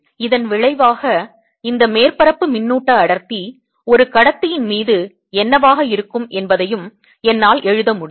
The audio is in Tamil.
இதன் விளைவாக இந்த மேற்பரப்பு மின்னூட்ட அடர்த்தி ஒரு கடத்தியின் மீது என்னவாக இருக்கும் என்பதையும் என்னால் எழுத முடியும்